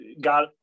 got